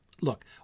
look